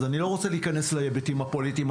אז אני לא רוצה להיכנס להיבטים הפוליטיים,